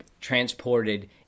transported